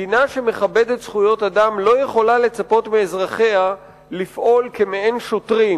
מדינה שמכבדת זכויות אדם לא יכולה לצפות מאזרחיה לפעול כמעין שוטרים,